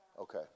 Okay